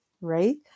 right